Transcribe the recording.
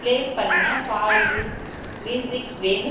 play பண்ண Bollywood music வேணும்